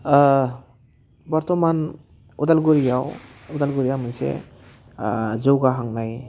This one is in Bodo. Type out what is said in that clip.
बरथ'मान उदालगुरियाव उदालगुरिया मोनसे जौगाहांनाय